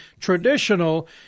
Traditional